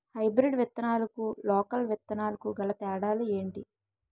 Hybrid విత్తనాలకు local విత్తనాలకు గల తేడాలు ఏంటి?